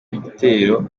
gitero